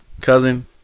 cousin